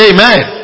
Amen